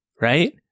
right